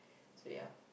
so ya